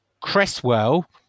Cresswell